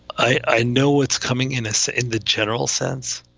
i know it's coming in. so in the general sense,